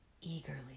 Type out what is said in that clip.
eagerly